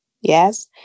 Yes